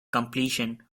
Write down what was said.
completion